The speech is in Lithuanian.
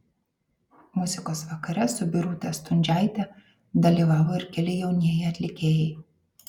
muzikos vakare su birute stundžiaite dalyvavo ir keli jaunieji atlikėjai